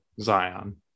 Zion